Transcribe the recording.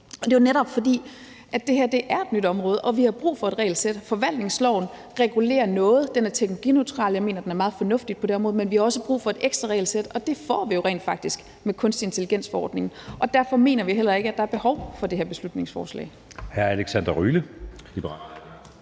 Det er jo netop, fordi det her er et nyt område, og vi har brug for et regelsæt. Forvaltningsloven regulerer noget. Den er teknologineutral. Jeg mener, den er meget fornuftig på det område, men vi har også brug for et ekstra regelsæt, og det får vi jo rent faktisk med kunstig intelligens-forordningen. Derfor mener vi heller ikke, at der er behov for det her beslutningsforslag.